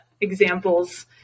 examples